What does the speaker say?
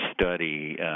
study